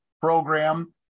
program